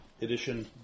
edition